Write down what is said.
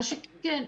מה שכן,